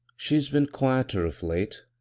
she's been quieter of late.